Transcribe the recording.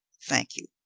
thank you.